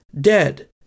Dead